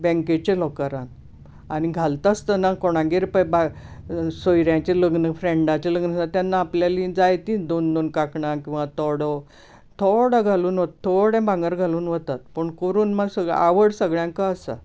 बँकेच्या लॉकरांत आनी घालता आसतना कोणागेर पळय बाय सोयऱ्यांचें लग्न फ्रॅण्डाचें लग्न आसा तेन्ना आपलीं जाय तींच दोन दोन कांकणां किवां तोडो थोडो घालून थोडें भांगर घालून वतात पूण कोरून मात सग आवड सगळ्यांक आसा